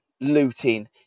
looting